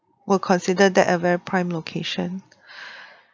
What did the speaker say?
will consider that a very prime location